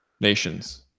nations